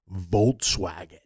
Volkswagen